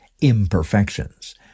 imperfections